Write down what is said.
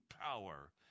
power